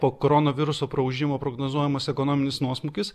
po koronaviruso praūžimo prognozuojamas ekonominis nuosmukis